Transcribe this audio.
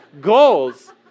goals